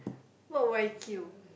what Y_Q